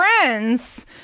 friends